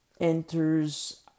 Enters